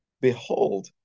Behold